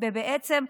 ובעצם,